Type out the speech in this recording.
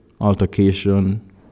altercation